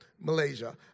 Malaysia